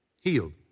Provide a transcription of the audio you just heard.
healed